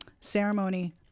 ceremony